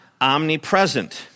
omnipresent